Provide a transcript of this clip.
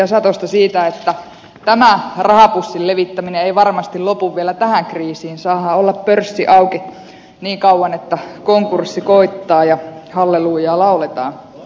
satosta sillä että tämä rahapussin levittäminen ei varmasti lopu vielä tähän kriisiin saadaan olla pörssi auki niin kauan että konkurssi koittaa ja hallelujaa lauletaan